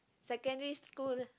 secondary school